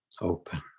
open